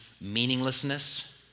meaninglessness